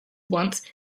once